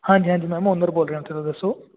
ਹਾਂਜੀ ਹਾਂਜੀ ma'am owner ਬੋਲ ਰਿਹਾ ਉੱਥੇ ਦਾ ਦੱਸੋ